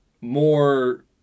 more